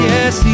Yes